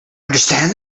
understand